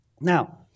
Now